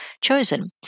chosen